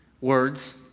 words